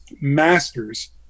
masters